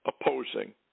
opposing